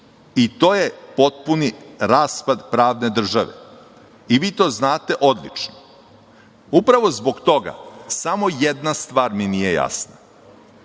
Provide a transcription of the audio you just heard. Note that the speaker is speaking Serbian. i to je potpuni raspad pravne države i vi to znate odlično. Upravo zbog toga, samo jedna stvar mi nije jasna.